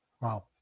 Wow